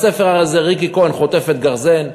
בספר הזה ריקי כהן חוטפת גרזן,